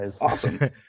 awesome